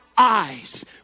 eyes